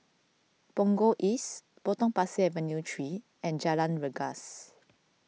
Punggol East Potong Pasir Avenue three and Jalan Rengas